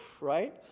right